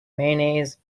mayonnaise